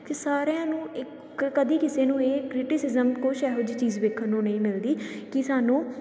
ਅਤੇ ਸਾਰਿਆਂ ਨੂੰ ਇੱਕ ਕਦੀ ਕਿਸੇ ਨੂੰ ਇਹ ਕ੍ਰੀਟੀਸਿਜਮ ਕੁਛ ਇਹੋ ਜਿਹੀ ਚੀਜ਼ ਵੇਖਣ ਨੂੰ ਨਹੀਂ ਮਿਲਦੀ ਕਿ ਸਾਨੂੰ